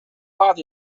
بعض